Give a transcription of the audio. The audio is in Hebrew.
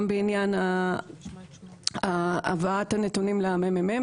גם בעניין הבאת הנתונים למ.מ.מ.